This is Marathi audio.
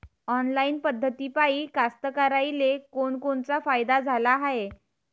ऑनलाईन पद्धतीपायी कास्तकाराइले कोनकोनचा फायदा झाला हाये?